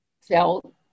felt